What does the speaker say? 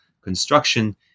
construction